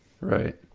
Right